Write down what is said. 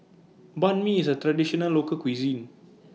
Banh MI IS A Traditional Local Cuisine